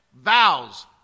vows